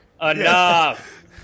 enough